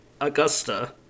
Augusta